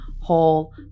whole